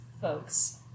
folks